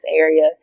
area